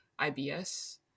IBS